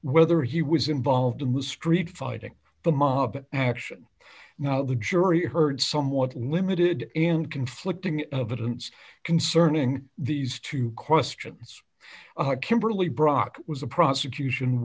whether he was involved in the street fighting the mob action now the jury heard somewhat limited in conflicting evidence concerning these two questions kimberly brock was a prosecution